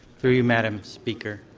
through you, madam speaker,